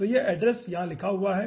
तो एड्रेस यहाँ पर लिखा हुआ है